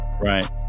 Right